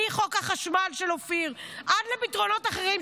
מחוק החשמל של אופיר עד לפתרונות אחרים,